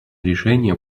решение